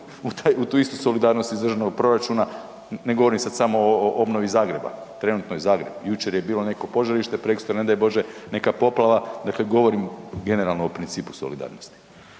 u tu istu solidarnost iz državnog proračuna, ne govorim sad samo o obnovi Zagreba, trenutno je Zagreb, jučer je bilo neko požarište, preksutra ne daj bože, neka poplava, dakle govorim generalno o principu solidarnosti.